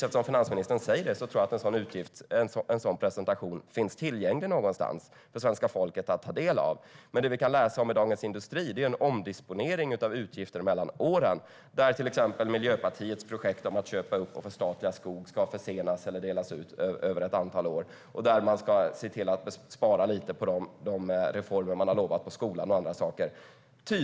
Eftersom finansministern säger det tror jag givetvis att en sådan presentation finns tillgänglig någonstans för svenska folket att ta del av. Men det vi kan läsa om i Dagens Industri är en omdisponering av utgifter mellan åren, där till exempel Miljöpartiets projekt att köpa upp och förstatliga skog ska försenas eller delas upp över ett antal år och där man ska spara lite på de reformer man har lovat på skolan och andra saker.